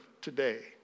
today